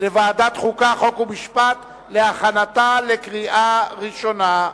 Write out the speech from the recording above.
חוק ומשפט להכנתה לקריאה ראשונה.